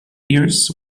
ears